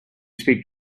speak